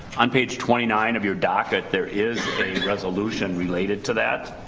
on page twenty nine of your docket there is a resolution related to that.